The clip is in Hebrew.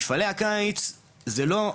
מפעלי הקיץ זה לא,